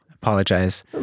Apologize